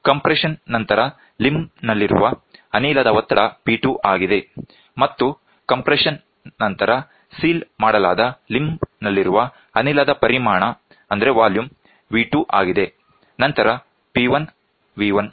ಕಂಪ್ರೆಶನ್ನಂತರ limb ನಲ್ಲಿರುವ ಅನಿಲದ ಒತ್ತಡ P2 ಆಗಿದೆ ಮತ್ತು ಕಂಪ್ರೆಶನ್ ನಂತರ ಸೀಲ್ಮಾಡಲಾದ ಲಿಂಬ್ ನಲ್ಲಿರುವ ಅನಿಲದ ಪರಿಮಾಣ V2 ಆಗಿದೆ